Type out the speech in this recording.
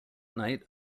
night